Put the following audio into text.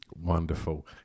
Wonderful